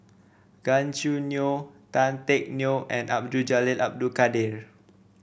Gan Choo Neo Tan Teck Neo and Abdul Jalil Abdul Kadir